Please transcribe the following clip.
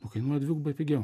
o kainuoja dvigubai pigiau